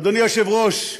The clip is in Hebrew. אדוני היושב-ראש,